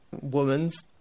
woman's